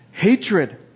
hatred